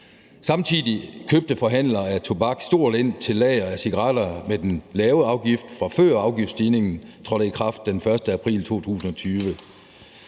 Samtidig købte forhandlere af tobak stort ind til lageret af cigaretter med den lave afgift, fra før afgiftsstigningen trådte i kraft den 1. april 2020.